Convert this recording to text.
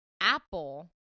apple